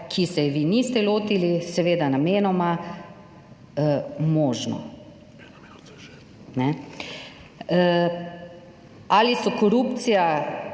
ki se je vi niste lotili, seveda namenoma možno. Ali so korupcija